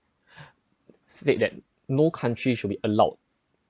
state that no country should be allowed